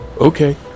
Okay